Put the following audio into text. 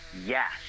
Yes